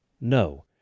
No